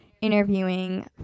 interviewing